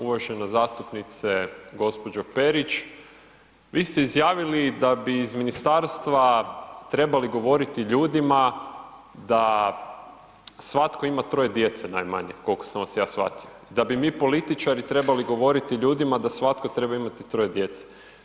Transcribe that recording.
Uvažena zastupnice gospođo Perić, vi ste izjavili da bi iz ministarstva trebali govoriti ljudima da svatko ima 3 djece najmanje koliko sam vas ja shvatio, da bi mi političari trebali govoriti ljudima da svatko treba imati 3 djece.